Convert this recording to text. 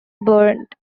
burnt